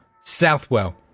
Southwell